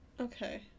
Okay